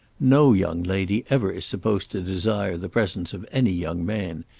no young lady ever is supposed to desire the presence of any young man.